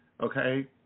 okay